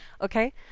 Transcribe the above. Okay